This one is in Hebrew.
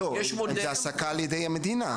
לא, זאת העסקה על ידי המדינה.